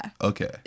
okay